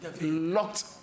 locked